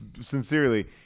Sincerely